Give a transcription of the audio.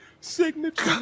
Signature